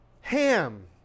Ham